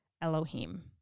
Elohim